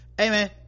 amen